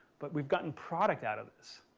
but we've gotten product out of this.